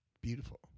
Beautiful